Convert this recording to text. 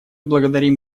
благодарим